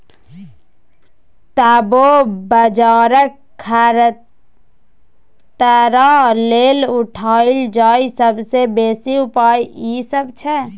तबो बजारक खतरा लेल उठायल जाईल सबसे बेसी उपाय ई सब छै